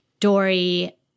Dory